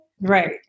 Right